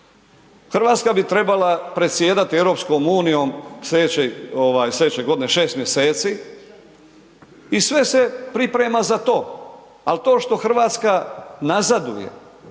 Hrvatska bi trebala predsjedati EU slijedeće ovaj slijedeće godine 6 mjeseci i sve se priprema za to, al to što Hrvatska nazaduje,